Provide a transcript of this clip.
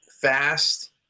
fast